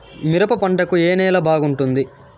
మిరప పంట కు ఏ నేల బాగుంటుంది?